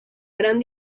gran